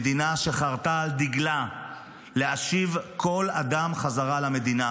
המדינה שחרתה על דגלה להשיב כל אדם חזרה למדינה.